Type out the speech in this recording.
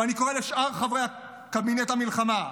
ואני קורא לשאר חברי קבינט המלחמה,